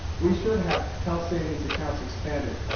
we should have health savings accounts expanded,